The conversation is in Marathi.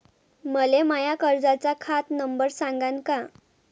मले माया कर्जाचा खात नंबर सांगान का?